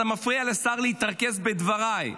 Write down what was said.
אתה מפריע לשר להתרכז בדבריי,